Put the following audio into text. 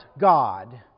God